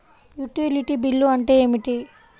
Utility bill అంటే ఏమిటి?